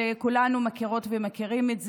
וכולנו מכירות ומכירים את זה.